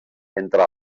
entre